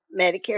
Medicare